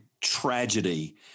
tragedy